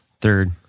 Third